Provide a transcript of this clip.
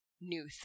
new